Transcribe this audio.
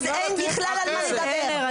אז אין בכלל על מה לדבר.